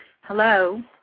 Hello